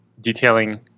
detailing